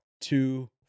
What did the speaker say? two